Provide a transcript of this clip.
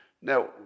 Now